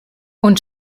und